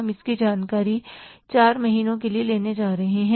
हम इसकी जानकारी 4 महीने के लिए लेने जा रहे हैं